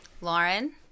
Lauren